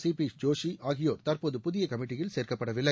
C P Joshi ஆகியோர் தற்போது புதிய கமிட்டியில் சேர்க்கப்படவில்லை